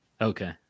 okay